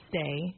stay